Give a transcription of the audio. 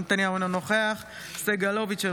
אינו נוכח חנוך דב מלביצקי,